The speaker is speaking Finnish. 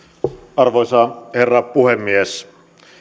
arvoisa herra puhemies